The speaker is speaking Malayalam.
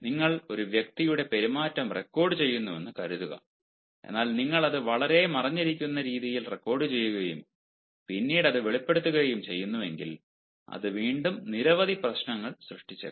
നിങ്ങൾ ഒരു വ്യക്തിയുടെ പെരുമാറ്റം റെക്കോർഡുചെയ്യുന്നുവെന്ന് കരുതുക എന്നാൽ നിങ്ങൾ അത് വളരെ മറഞ്ഞിരിക്കുന്ന രീതിയിൽ റെക്കോർഡുചെയ്യുകയും പിന്നീട് അത് വെളിപ്പെടുത്തുകയും ചെയ്യുന്നുവെങ്കിൽ അത് വീണ്ടും നിരവധി പ്രശ്നങ്ങൾ സൃഷ്ടിച്ചേക്കാം